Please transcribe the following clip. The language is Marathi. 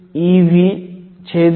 9 A आहे